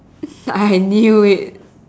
I knew it